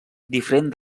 diferent